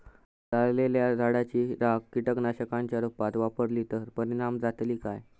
जळालेल्या झाडाची रखा कीटकनाशकांच्या रुपात वापरली तर परिणाम जातली काय?